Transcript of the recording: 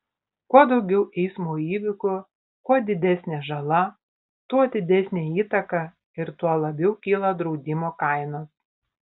kuo daugiau eismo įvykių kuo didesnė žala tuo didesnė įtaka ir tuo labiau kyla draudimo kainos